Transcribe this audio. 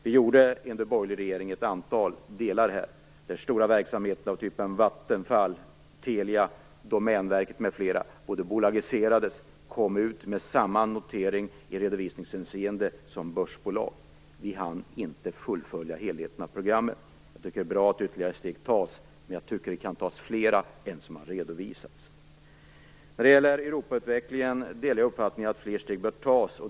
Vi gjorde i den borgerliga regeringen ett antal delar, där stora verksamheter, av typen Vattenfall, Telia, Domänverket m.fl., bolagiserades och kom ut med samma notering i redovisningshänseende som börsbolag. Vi hann inte fullfölja helheten av programmet. Det är bra att ytterligare steg tas, men det kan tas fler än de som har redovisats. När det gäller Europautvecklingen delar jag uppfattningen att fler steg bör tas.